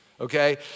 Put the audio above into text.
Okay